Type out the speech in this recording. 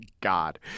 God